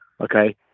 Okay